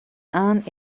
aan